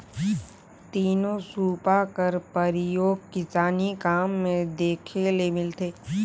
तीनो सूपा कर परियोग किसानी काम मे देखे ले मिलथे